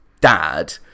dad